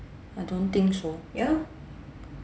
I don't think so